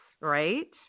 right